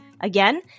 Again